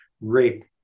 rape